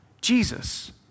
Jesus